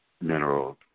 minerals